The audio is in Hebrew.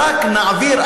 רק נעביר,